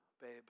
Babe